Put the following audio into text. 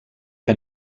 que